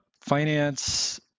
finance